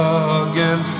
again